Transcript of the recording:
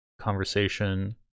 conversation